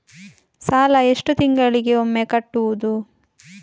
ಸಾಲ ಎಷ್ಟು ತಿಂಗಳಿಗೆ ಒಮ್ಮೆ ಕಟ್ಟುವುದು?